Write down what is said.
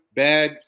bad